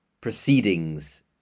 proceedings